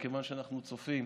מכיוון שאנחנו צופים,